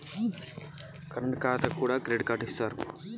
Current ఖాతాకు కూడా credit card ఇత్తరా?